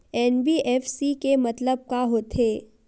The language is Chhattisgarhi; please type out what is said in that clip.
एन.बी.एफ.सी के मतलब का होथे?